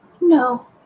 No